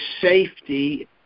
safety